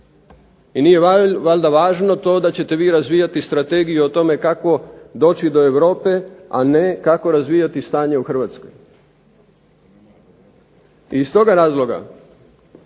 i nije valjda važno to da ćete vi razvijati strategiju o tome kako doći do Europe, a ne kako razvijati stanje u Hrvatskoj. Iz toga razloga